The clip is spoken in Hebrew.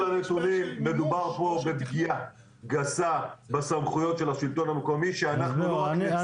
הוא אומר שיש בעיה של מימוש, לא של תכנון.